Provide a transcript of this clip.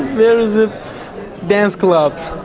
where is a dance club.